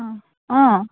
অঁ অঁ